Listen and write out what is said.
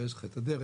ויש לך את הדרך,